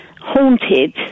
haunted